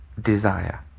desire